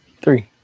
Three